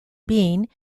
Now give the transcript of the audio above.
bean